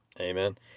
Amen